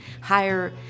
higher